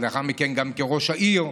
ולאחר מכן גם כראש העיר.